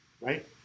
Right